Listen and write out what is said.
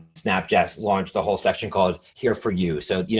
snapchat launched a whole section called, here for you. so, yeah